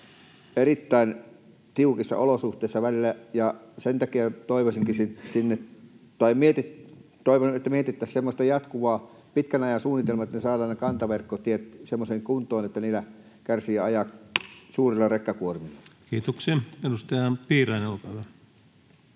erittäin tiukoissa olosuhteissa välillä, ja sen takia toivoisinkin, että mietittäisiin semmoista jatkuvaa pitkän ajan suunnitelmaa, että saadaan se kantatieverkko semmoiseen kuntoon, että siellä kärsii ajaa suurilla rekkakuormilla. [Speech 516] Speaker: Ensimmäinen